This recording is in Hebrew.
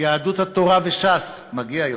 יהדות התורה וש"ס מגיע יותר.